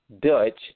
Dutch